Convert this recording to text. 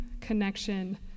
connection